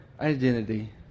identity